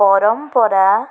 ପରମ୍ପରା